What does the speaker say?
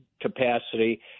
capacity